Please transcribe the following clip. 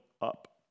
up